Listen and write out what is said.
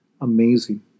Amazing